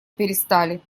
перестали